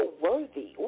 worthy